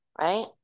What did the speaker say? Right